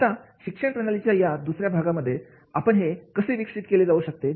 आता शिक्षण प्रणालीच्या या दुसऱ्या भागांमध्ये आपण हे कसे विकसित केले जाऊ शकते